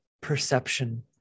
perception